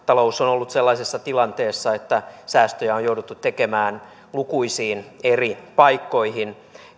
talous on ollut sellaisessa tilanteessa että säästöjä on jouduttu tekemään lukuisiin eri paikkoihin